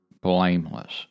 blameless